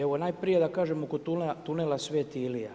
Evo, najprije da kažem oko tunela Sv. Ilija.